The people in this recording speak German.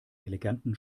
eleganten